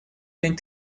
день